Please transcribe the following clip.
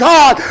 God